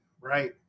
right